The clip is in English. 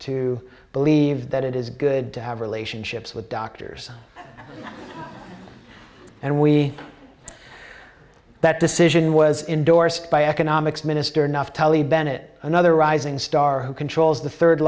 to believe that it is good to have relationships with doctors and we that decision was endorsed by economics minister nuff tally bennett another rising star who controls the third